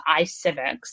iCivics